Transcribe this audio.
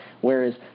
Whereas